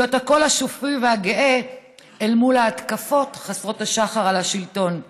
להיות הקול השפוי והגאה אל מול ההתקפות חסרות השחר על השלטון.